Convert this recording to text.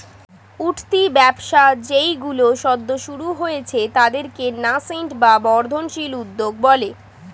উঠতি ব্যবসা যেইগুলো সদ্য শুরু হয়েছে তাদেরকে ন্যাসেন্ট বা বর্ধনশীল উদ্যোগ বলে